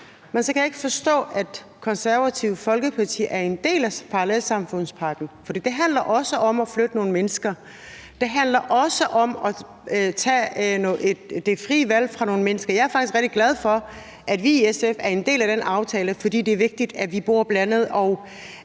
Men så kan jeg ikke forstå, at Det Konservative Folkeparti er en del af parallelsamfundspakken, for det handler også om at flytte nogle mennesker. Det handler også om at tage det frie valg fra nogle mennesker. Jeg er faktisk rigtig glad for, at vi i SF er en del af den aftale, for det er vigtigt, at vi bor blandet, og